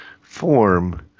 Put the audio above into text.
form